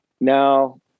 now